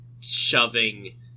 shoving